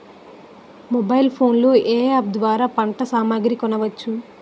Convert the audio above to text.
Mobile phone లో ఏ app ద్వారా పంట సామాగ్రి కొనచ్చు?